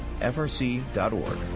frc.org